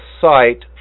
site